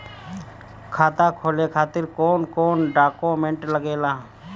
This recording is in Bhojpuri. खाता खोले खातिर कौन कौन डॉक्यूमेंट लागेला?